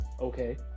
okay